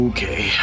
Okay